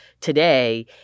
today